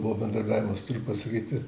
buvo bendradarbiavimas turiu pasakyti